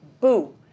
boo